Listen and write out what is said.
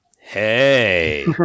Hey